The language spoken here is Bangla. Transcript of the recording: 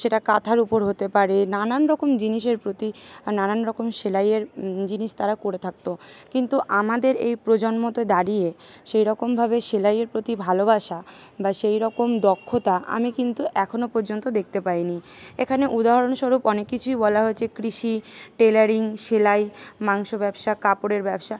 সেটা কাঁথার উপর হতে পারে নানান রকম জিনিসের প্রতি নানান রকম সেলাইয়ের জিনিস তারা করে থাকতো কিন্তু আমাদের এই প্রজন্মতে দাঁড়িয়ে সেই রকমভাবে সেলাইয়ের প্রতি ভালোবাসা বা সেই রকম দক্ষতা আমি কিন্তু এখনও পর্যন্ত দেখতে পাই নি এখানে উদাহরণস্বরূপ অনেক কিছুই বলা হয়েছে কৃষি টেলারিং সেলাই মাংস ব্যবসা কাপড়ের ব্যবসা